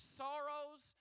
sorrows